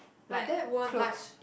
like clothes